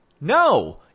No